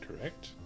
correct